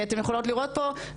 אתן יכולות לראות פה,